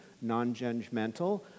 non-judgmental